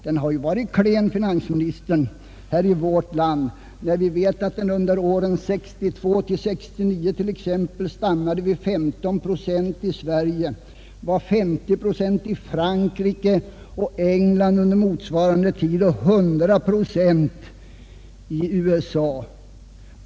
Under perioden 1962—1969 t.ex. stannade investeringsökningen vid 15 procent i Sverige, medan den uppgick till 50 procent i Frankrike och England under motsvarande tid och 100 procent i USA.